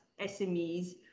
SMEs